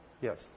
Yes